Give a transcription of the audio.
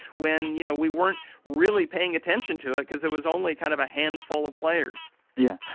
when, you know, we weren't really paying attention to it because it was only kind of a handful of players yeah.